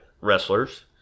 wrestlers